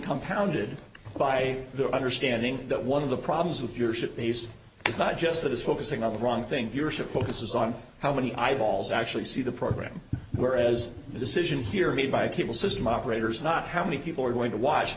compounded by the understanding that one of the problems with your ship based is not just that is focusing on the wrong thing your ship focuses on how many eyeballs actually see the programme whereas the decision here made by a cable system operators not how many people are going to watch